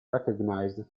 recognized